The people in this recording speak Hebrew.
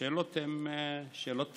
השאלות הן שאלות פשוטות,